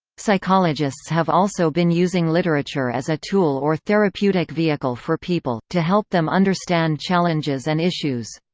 psychologists have also been using literature as a tool or therapeutic vehicle for people, to help them understand challenges and issues.